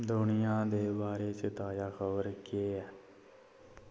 दुनियां दे बारे च ताज़ा खबर केह् ऐ